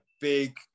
big